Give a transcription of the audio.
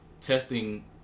testing